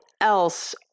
else